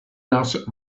not